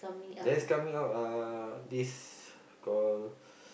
that's coming up uh this called